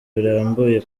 birambuye